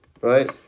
Right